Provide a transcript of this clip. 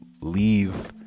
leave